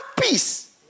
peace